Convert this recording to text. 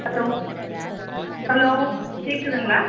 hello hello கேக்குதுங்களா